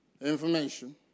information